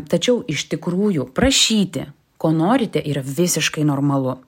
tačiau iš tikrųjų prašyti ko norite yra visiškai normalu